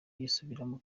yisubiramo